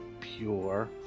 pure